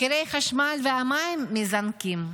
מחירי החשמל והמים מזנקים.